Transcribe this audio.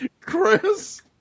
Chris